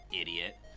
Idiot